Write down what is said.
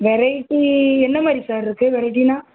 variety என்ன மாதிரி sir இருக்குது வெரைட்டினால்